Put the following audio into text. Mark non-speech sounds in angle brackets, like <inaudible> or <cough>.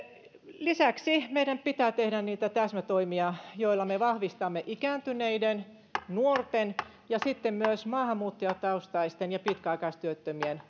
lisäksi meidän pitää tehdä niitä täsmätoimia joilla me vahvistamme ikääntyneiden nuorten ja sitten myös maahanmuuttajataustaisten ja pitkäaikaistyöttömien <unintelligible>